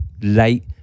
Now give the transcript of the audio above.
late